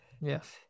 yes